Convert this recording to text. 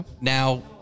now